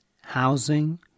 housing